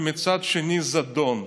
ומצד שני זדון.